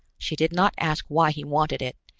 she did not ask why he wanted it,